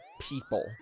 people